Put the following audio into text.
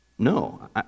No